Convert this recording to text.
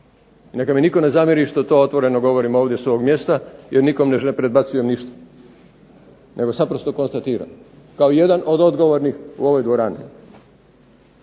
Neka mi niti ne zamjeri što to otvoreno govorim ovdje s ovog mjesta, jer nikom ne predbacujem ništa nego naprosto konstatiram kao jedan od odgovornih u ovoj dvorani.